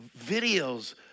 videos